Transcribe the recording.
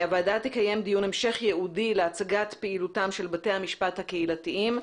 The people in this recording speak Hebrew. הוועדה תקיים דיון המשך ייעודי להצגת פעילותם של בתי המשפט הקהילתיים.